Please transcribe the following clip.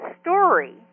story